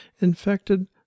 infected